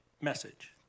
message